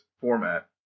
format